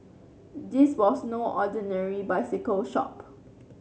this was no ordinary bicycle shop